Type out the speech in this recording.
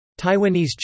Taiwanese